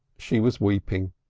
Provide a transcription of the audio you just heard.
she was weeping.